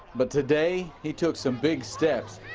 but today, he took some big steps,